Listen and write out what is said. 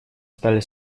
стали